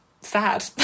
sad